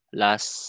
last